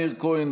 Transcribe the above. מאיר כהן,